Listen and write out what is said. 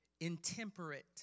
Intemperate